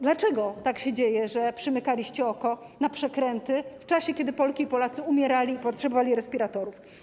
Dlaczego tak się dzieje, że przymykaliście oko na przekręty w czasie, kiedy Polki i Polacy umierali i potrzebowali respiratorów?